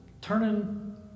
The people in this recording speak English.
turning